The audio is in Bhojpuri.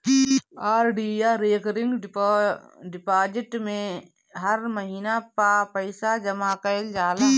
आर.डी या रेकरिंग डिपाजिट में हर महिना पअ पईसा जमा कईल जाला